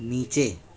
नीचे